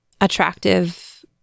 attractive